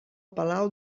palau